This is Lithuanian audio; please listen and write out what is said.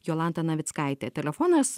jolanta navickaitė telefonas